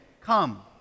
Come